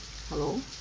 hello